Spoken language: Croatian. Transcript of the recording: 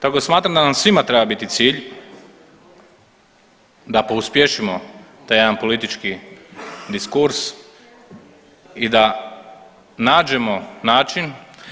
Tako smatram da nam svima treba biti cilj da pouspješimo taj jedan politički diskurs i da nađemo način